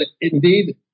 indeed